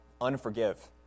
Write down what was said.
unforgive